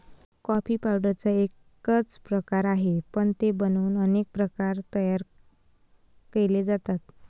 coffee पावडरचा एकच प्रकार आहे, पण ते बनवून अनेक नवीन प्रकार तयार केले जातात